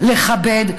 לכבד,